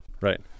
Right